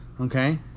Okay